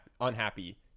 unhappy